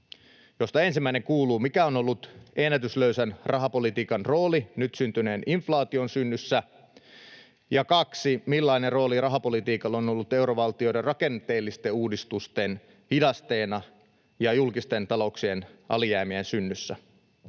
joista ensimmäinen kuuluu: Mikä on ollut ennätyslöysän rahapolitiikan rooli nyt syntyneen inflaation synnyssä? Ja kaksi: Millainen rooli rahapolitiikalla on ollut eurovaltioiden rakenteellisten uudistusten hidasteena ja julkisten talouksien alijäämien synnyssä?